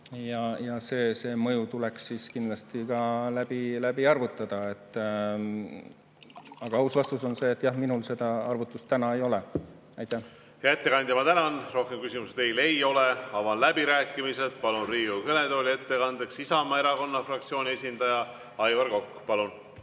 Ja see mõju tuleks siis kindlasti ka läbi arvutada. Aga aus vastus on see, et jah, minul seda arvutust täna ei ole. Hea ettekandja, ma tänan! Rohkem küsimusi teile ei ole. Avan läbirääkimised ja palun Riigikogu kõnetooli ettekandeks Isamaa Erakonna fraktsiooni esindaja Aivar Koka. Palun!